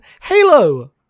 Halo